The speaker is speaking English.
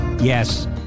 Yes